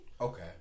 Okay